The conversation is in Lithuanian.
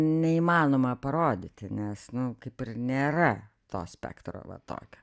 neįmanoma parodyti nes nu kaip ir nėra to spektro va tokio